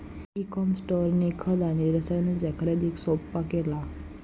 E com स्टोअरनी खत आणि रसायनांच्या खरेदीक सोप्पा केला